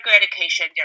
education